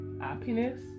happiness